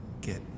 get